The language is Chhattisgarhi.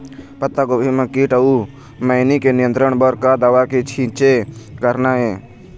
पत्तागोभी म कीट अऊ मैनी के नियंत्रण बर का दवा के छींचे करना ये?